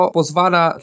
pozwala